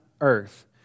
earth